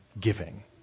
giving